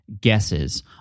guesses